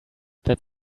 that